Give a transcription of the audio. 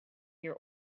your